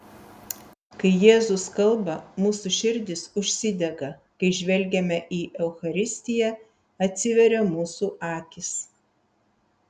kai jėzus kalba mūsų širdys užsidega kai žvelgiame į eucharistiją atsiveria mūsų akys